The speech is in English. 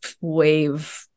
wave